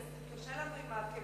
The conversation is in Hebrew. כי קשה לנו עם העקבים.